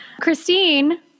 Christine